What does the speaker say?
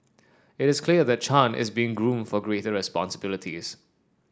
it is clear that Chan is being groomed for greater responsibilities